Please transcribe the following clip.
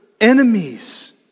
enemies